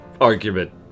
argument